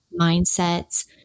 mindsets